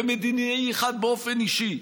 ומדינאי אחד באופן אישי,